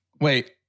Wait